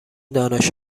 دانش